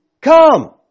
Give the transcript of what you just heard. come